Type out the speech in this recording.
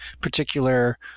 particular